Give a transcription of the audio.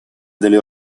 delle